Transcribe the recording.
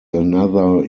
another